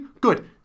good